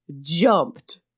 jumped